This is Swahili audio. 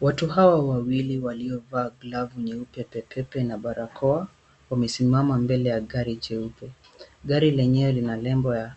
Watu hawa wawili waliovaa glavu nyeupe pepepe na barakoa wamesimama mbele ya gari jeupe. Gari lenyewe lina nembo ya